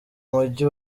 mujyi